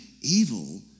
evil